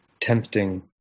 Tempting